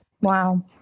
Wow